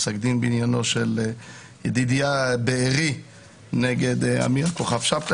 פסק דין בעניינו של ידידיה בארי נגד אמירה כוכבא-שבתי,